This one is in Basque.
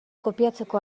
kopiatzeko